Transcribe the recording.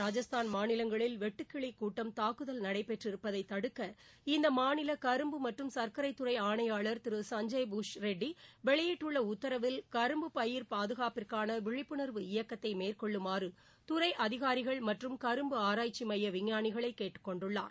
ராஜஸ்தான் மாநிவங்களில் வெட்டுக்கிளி கூட்டம் தாக்குதல் நடைபெற்று இருப்பதை தடுக்க இந்த மாநில கரும்பு மற்றும் சர்க்கரைத்துறை ஆணையாளர் திரு சஞ்சப் பூஷ்ரெட்டி வெளியிட்டுள்ள உத்தரவில் கரும்பு பயிர் பாதுகாப்பிற்கான விழிப்புனர்வு இயக்கத்தை மேற்கொள்ளுமாறு துறை அதிகாரிகள் மற்றும் கரும்பு ஆராய்ச்சி மைய விஞ்ஞானிகளை கேட்டுக்கொண்டுள்ளார்